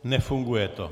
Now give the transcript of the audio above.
Nefunguje to.